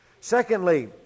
Secondly